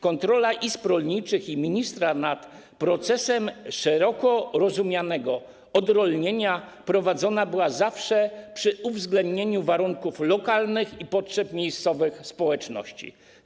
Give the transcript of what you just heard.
Kontrola izb rolniczych i ministra nad procesem szeroko rozumianego odrolnienia prowadzona była zawsze przy uwzględnieniu warunków lokalnych i potrzeb miejscowych społeczności.